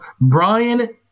Brian